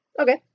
Okay